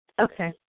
Okay